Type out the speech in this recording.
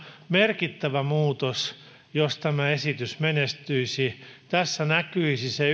merkittävä muutos jos tämä edistys menestyisi tässä näkyisi se